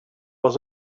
was